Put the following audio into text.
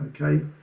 okay